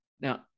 Now